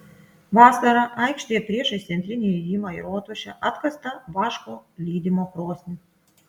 vasarą aikštėje priešais centrinį įėjimą į rotušę atkasta vaško lydymo krosnis